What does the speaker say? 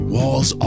Walls